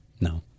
No